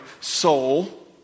soul